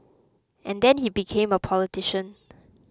and then he became a politician